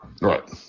Right